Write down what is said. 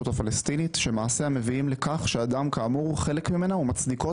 הפלסטינית שמעשיה מביאים לכך שאדם כאמור הוא חלק ממנה ומצדיקות